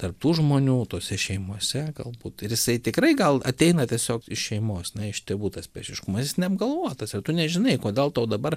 tarp tų žmonių tose šeimose galbūt ir jisai tikrai gal ateina tiesiog iš šeimos na iš tėvų tas priešiškumas jis neapgalvotas ir tu nežinai kodėl tau dabar